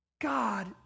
God